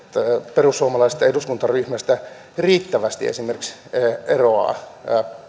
perussuomalaisesta eduskuntaryhmästä riittävästi eroaa